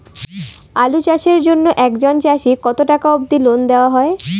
আলু চাষের জন্য একজন চাষীক কতো টাকা অব্দি লোন দেওয়া হয়?